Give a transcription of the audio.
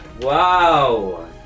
Wow